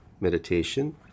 meditation